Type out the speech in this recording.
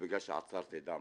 בגלל שעצרתי דם